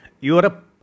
Europe